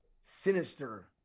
sinister